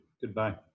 Goodbye